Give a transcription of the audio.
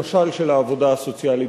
למשל של העבודה הסוציאלית,